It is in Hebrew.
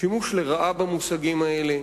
שימוש לרעה במושגים האלה.